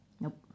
Nope